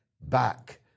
back